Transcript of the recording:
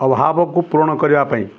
ଅଭାବକୁ ପୂରଣ କରିବା ପାଇଁ